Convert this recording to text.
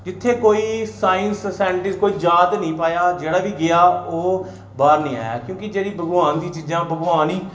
जित्थै कोई साइंस कोई सााइंटिस्ट कोई जाई ते नेईं पाया जेह्ड़ा बी गेआ ओह् बाह्र निं आया क्योंकि जेह्ड़ी भगवान दी चीजां भगवान ई